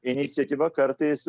iniciatyva kartais